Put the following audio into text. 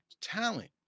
talent